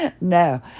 No